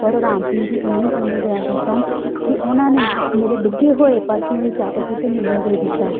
ਪਰ ਰਾਮ ਸਿੰਘ ਜੀ ਇੰਨੇ ਚੰਗੇ ਡਰਾਈਵਰ ਸਨ ਕਿ ਉਹਨਾਂ ਨੇ ਮੇਰੇ ਡਿੱਗੇ ਹੋਏ ਪਰਸ ਨੂੰ ਵੀ ਚੁੱਕ ਕੇ ਅਤੇ ਮੈਨੂੰ ਦੇ ਦਿੱਤਾ